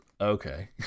Okay